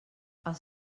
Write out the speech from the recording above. els